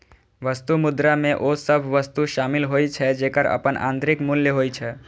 वस्तु मुद्रा मे ओ सभ वस्तु शामिल होइ छै, जेकर अपन आंतरिक मूल्य होइ छै